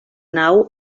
nau